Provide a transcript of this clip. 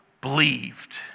believed